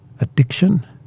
addiction